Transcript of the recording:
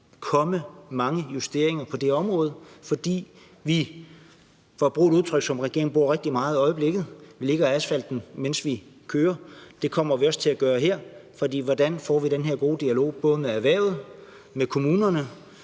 komme mange justeringer på det her område, fordi vi, for at bruge et udtryk, som regeringen bruger rigtig meget i øjeblikket, lægger asfalten, mens vi kører. Det kommer vi også til at gøre her. Og hvordan får vi den her gode dialog med både erhvervet, kommunerne,